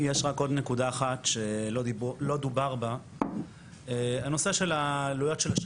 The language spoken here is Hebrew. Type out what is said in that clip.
שמענו גם הערכות של משרד האוצר לגבי עלויות הכשרות